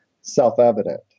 self-evident